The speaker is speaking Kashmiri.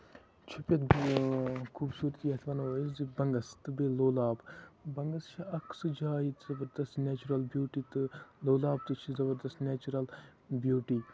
چھُپَتھ خوٗبصوٗرتی یَتھ وَنو أسی بَنگس تہٕ بیٚیہِ لولاب بَنگس چھِ اکھ سُہ جاے ییٚتہِ زَبردست نیچرل بیوٹی تہٕ لولاب تہِ چھُ زَبردست نیچرل بیوٹی